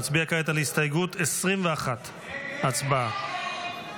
נצביע כעת על הסתייגות 21. הצבעה.